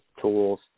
tools